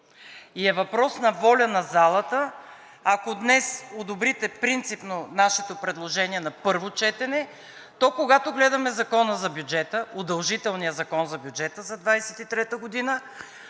и е въпрос на воля на залата, ако днес одобрите принципно нашето предложение на първо четене, когато гледаме Закона за бюджета – удължителния Закон за бюджета, за 2023 г. да